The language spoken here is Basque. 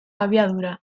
abiadura